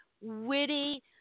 witty